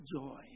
joy